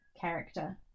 character